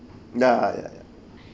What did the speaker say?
ya ya ya